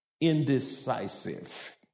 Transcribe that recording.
indecisive